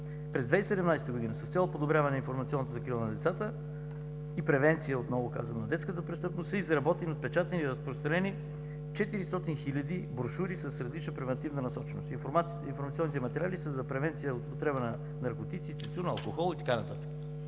През 2017 г. с цел подобряване информационната закрила на децата и превенция, отново казвам, на детската престъпност са изработени, отпечатани и разпространени 400 хиляди брошури с различна превантивна насоченост. Информационните материали са за превенция от употреба на наркотици, тютюн, алкохол и така